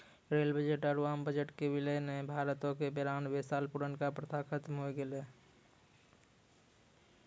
rail budget आरु आम budget के विलय ने भारतो के बेरानवे साल पुरानका प्रथा खत्म होय गेलै